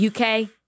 UK